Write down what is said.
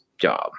job